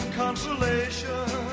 consolation